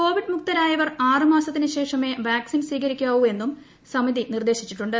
Covid മുക്തരായവർ െ മാസത്തിനു ശേഷമേ വാക്സിൻ സ്വീകരിക്കാവൂ എന്നും സമിതി നിർദ്ദേശിച്ചിട്ടുണ്ട്